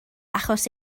achos